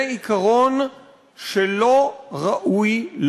זה עיקרון שלא ראוי,